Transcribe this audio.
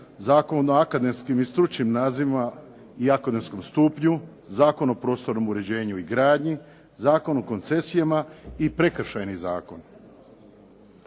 Zakon o akademskim i stručnim nazivima i akademskom stupnju, Zakon o prostornom uređenju i gradnji, Zakon o koncesijama i Prekršajni zakon.